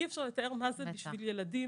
אי אפשר לתאר מה זה בשביל ילדים